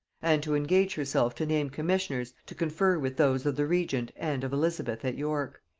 and to engage herself to name commissioners to confer with those of the regent and of elizabeth at york.